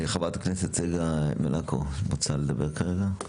חברת-הכנסת צגה מלקו רוצה לדבר כרגע.